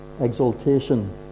exaltation